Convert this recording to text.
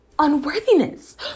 unworthiness